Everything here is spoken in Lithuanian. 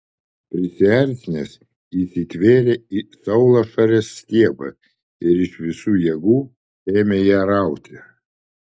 prisiartinęs įsitvėrė į saulašarės stiebą ir iš visų jėgų ėmė ją rauti